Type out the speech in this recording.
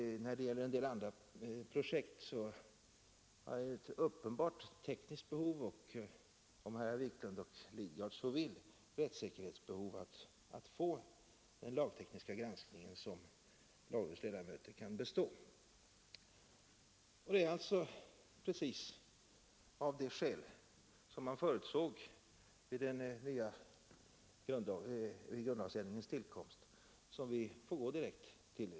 När det gäller en del andra projekt var det ju ett uppenbart tekniskt behov och, om herrar Wiklund och Lidgard så vill, ett rättssäkerhetsbehov att få den lagtekniska granskning som lagrådets ledamöter kan bestå. Det föreligger alltså precis de skäl som förutsattes vid grundlagsändringens tillkomst.